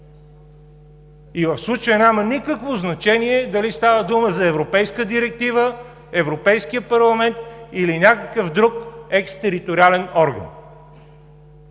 и в случая няма никакво значение дали става дума за Европейска директива, Европейския парламент или някакъв друг екстериториален орган.